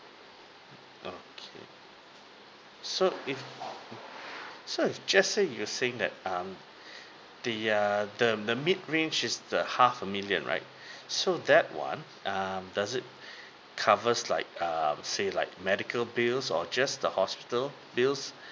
okay so if so is just say you're saying that um the err the the mid range is the half a million right so that one err does it covers like err say like medical bills or just the hospital bills